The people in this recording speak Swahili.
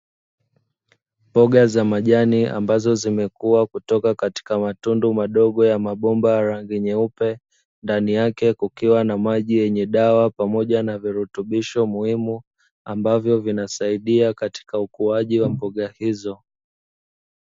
Mboga za majani ambazo zimekua kutoka katika matundu madogo ya mabomba ya rangi nyeupe, ndani yake kukiwa na maji yenye dawa pamoja na virutubisho muhimu, ambavyo vinasaidia katika ukuaji wa mboga hizo.